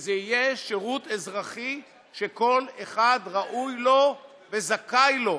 שזה יהיה שירות אזרחי שכל אחד ראוי לו וזכאי לו.